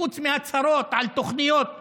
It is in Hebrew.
חוץ מהצהרות על תוכניות כלכליות,